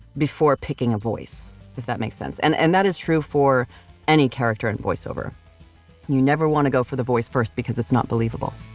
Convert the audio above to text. before picking a voice, if that makes sense. and and that is true for any character in voice over you never want to go for the voice first, because it's not believable